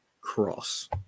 cross